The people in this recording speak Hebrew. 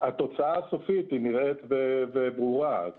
התוצאה הסופית נראית ברורה.